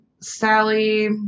Sally